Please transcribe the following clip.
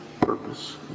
purpose